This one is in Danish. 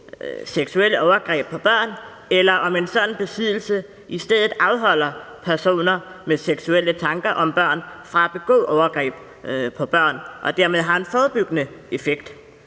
seksuelle overgreb på børn, eller på den anden side om en sådan besiddelse i stedet afholder personer med seksuelle tanker om børn fra at begå overgreb på børn og dermed har en forebyggende effekt.